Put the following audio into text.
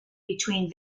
between